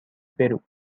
peru